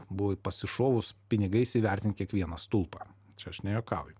buvo pasišovus pinigais įvertint kiekvieną stulpą čia aš nejuokauju